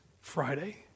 Friday